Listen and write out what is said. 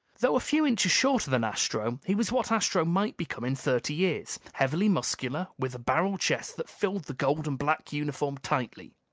though a few inches shorter than astro, he was what astro might become in thirty years, heavily muscular, with a barrel chest that filled the gold-and-black uniform tightly.